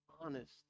honest